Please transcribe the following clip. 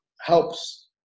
helps